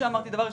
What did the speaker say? דבר ראשון,